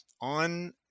on